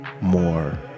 more